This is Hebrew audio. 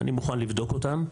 אני מוכן לבדוק אותם.